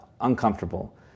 uncomfortable